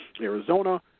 Arizona